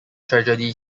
tragedy